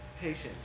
patience